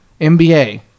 NBA